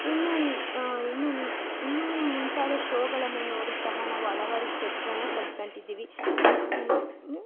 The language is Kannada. ಇನ್ನೂ ಇನ್ನೂ ಇನ್ನೂ ಮುಂತಾದ ಶೋಗಳನ್ನು ನೋಡಿ ಸಹ ನಾವು ಹಲವಾರು ಸ್ಟೆಪ್ಗಳನ್ನ ಕಲ್ತ್ಕೊಂತಿದಿವಿ ಇನ್ನೂ